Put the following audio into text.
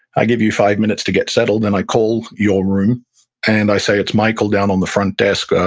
i give you five minutes to get settled, then i call your room and i say, it's michael down on the front desk.